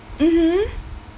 mmhmm